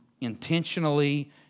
intentionally